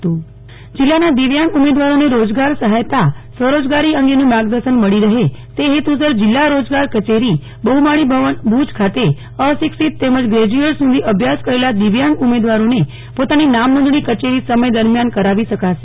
નેહ્લ ઠક્કર જીલ્લા રોજગાર કચેરી જિલ્લાના દિવ્યાંગ ઉમેદવારોને રોજગાર સહાયતા સ્વરોજગારી અંગેના માર્ગદર્શન મળી રહે તે હેતુસર જિલ્લા રોજગાર કચેરી બહ્માળીભવન ભુજ ખાતે અશિક્ષિત તેમજ ગ્રેજયુએટ સુધી અભ્યાસ કરેલ દિવ્યાંગ ઉમેદવારોને પોતાની નામ નોંધણી કચેરી સમય દરમ્યાન કરાવી શકાશે